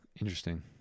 Interesting